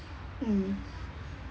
mm